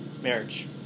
marriage